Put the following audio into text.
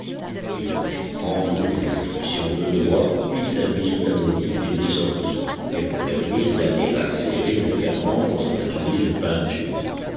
il me fit prendre des inscriptions de droit qui servirent à motiver mes sorties et me permirent d'aller assez régulièrement dans un atelier de peinture